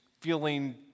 feeling